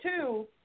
two